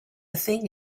thing